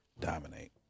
dominate